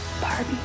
Barbie